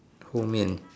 后面